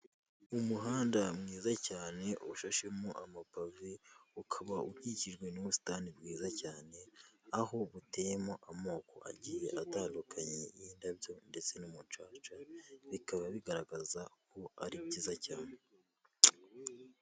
Umuhanda mwiza cyane ushashemo amapave ukaba ukikijwe n'ubusitani bwiza cyane, aho buteyemo amoko agiye atandukanye y'indabyo ndetse n'umucaca bikaba bigaragaza ko ari byiza cyane.